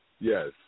Yes